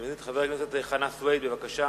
אני מזמין את חבר הכנסת חנא סוייד, בבקשה.